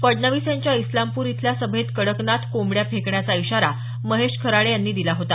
फडणवीस यांच्या इस्लामपूर इथल्या सभेत कडकनाथ कोंबड्या फेकण्याचा इशारा महेश खराडे यांनी दिला होता